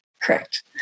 Correct